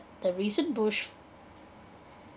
the recent bush